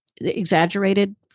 exaggerated